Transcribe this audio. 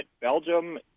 Belgium